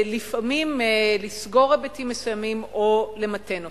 לפעמים לסגור היבטים מסוימים או למתן אותם.